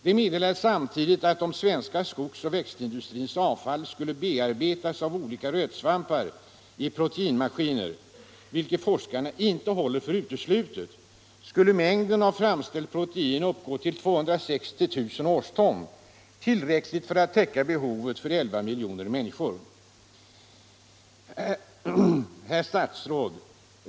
Det meddelas samtidigt att om svenska skogs och växtindustrins avfall skulle bearbetas av olika rötsvampar i proteinmaskiner, vilket forskarna inte håller för uteslutet att man kan göra, skulle mängden framställt protein uppgå till 260 000 årston — tillräckligt för att täcka behovet för 11 miljoner människor. 115 arbetslösheten i Västernorrlands län Herr statsråd!